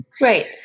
Right